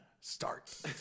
Start